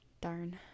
darn